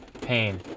Pain